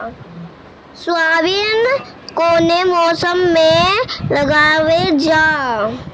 Soybean कौने मौसम में लगावल जा?